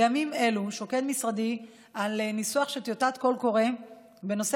בימים אלו שוקד משרדי על ניסוח של טיוטת קול קורא בנושא